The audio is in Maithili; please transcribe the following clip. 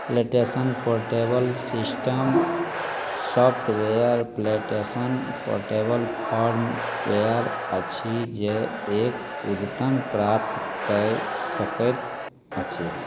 PlayStation portable system software PlayStation portable firmware अछि जे एक अद्यतन प्राप्त कय सकैत अछि